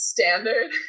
Standard